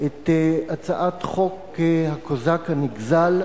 את הצעת חוק הקוזק הנגזל.